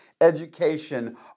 education